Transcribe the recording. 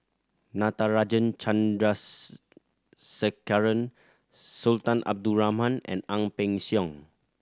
Natarajan Chandrasekaran Sultan Abdul Rahman and Ang Peng Siong